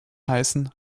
heißen